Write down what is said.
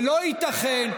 ולא ייתכן,